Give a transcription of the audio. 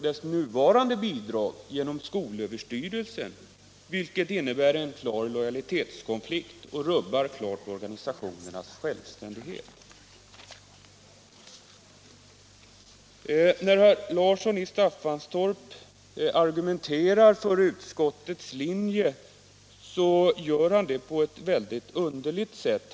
De nuvarande bidragen går dessutom genom skolöverstyrelsen, vilket innebär att organisationerna försätts i en klar lojalitetskonflikt och att de rubbas i sin självständighet. När herr Larsson i Staffanstorp argumenterar för utskottets linje gör han det på ett underligt sätt.